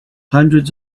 hundreds